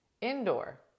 indoor